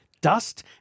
dust